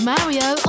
Mario